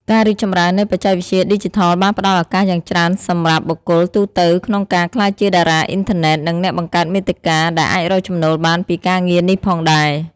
ការរីកចម្រើននៃបច្ចេកវិទ្យាឌីជីថលបានផ្តល់ឱកាសយ៉ាងច្រើនសម្រាប់បុគ្គលទូទៅក្នុងការក្លាយជាតារាអុីនធឺណិត និងអ្នកបង្កើតមាតិកា ដែលអាចរកចំណូលបានពីការងារនេះផងដែរ។